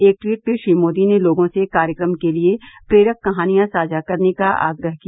एक ट्वीट में श्री मोदी ने लोगों से कार्यक्रम के लिए प्रेरक कहानियां साझा करने का आग्रह किया